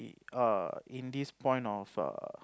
err in this point of err